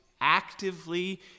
actively